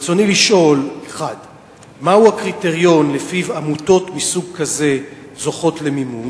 רצוני לשאול: 1. מה הוא הקריטריון שלפיו עמותות מסוג כזה זוכות למימון?